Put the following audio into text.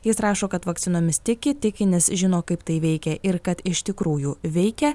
jis rašo kad vakcinomis tiki tiki nes žino kaip tai veikia ir kad iš tikrųjų veikia